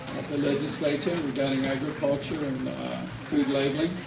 the legislature. regarding agriculture and food labeling.